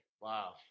Wow